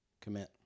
Commit